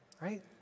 right